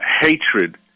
hatred